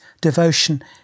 devotion